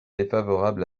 défavorable